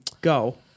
Go